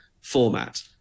format